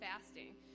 fasting